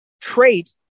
trait